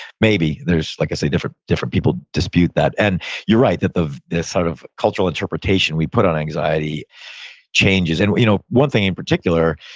maybe there's, like i say, different different people dispute that. and you're right, that the sort of cultural interpretation we put on anxiety changes. and you know one thing in particular,